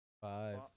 five